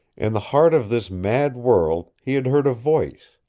in the heart of this mad world he had heard a voice.